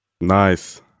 Nice